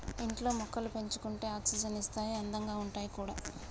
ఇంట్లో మొక్కలు పెంచుకుంటే ఆక్సిజన్ ఇస్తాయి అందంగా ఉంటాయి కూడా